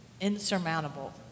insurmountable